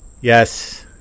yes